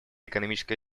экономическая